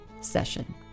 session